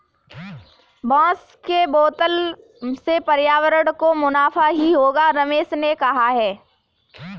बांस के बोतल से पर्यावरण को मुनाफा ही होगा रमेश ने कहा